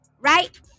Right